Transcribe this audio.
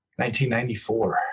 1994